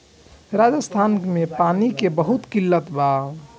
राजस्थान में पानी के बहुत किल्लत बा